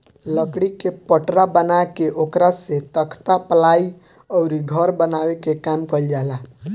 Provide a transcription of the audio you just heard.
लकड़ी के पटरा बना के ओकरा से तख्ता, पालाइ अउरी घर बनावे के काम कईल जाला